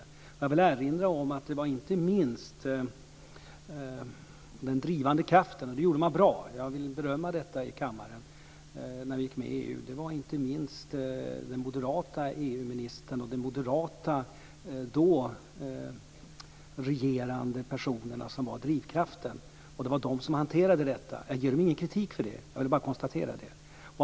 Jag vill erinra om att när vi gick med i EU - och det gjorde man bra; jag vill berömma detta i kammaren - var det inte minst den moderate EU-ministern och övriga dåvarande moderata regeringsledamöter som var drivkraften, och det var de som hanterade detta. Jag ger dem ingen kritik för det; jag vill bara konstatera det.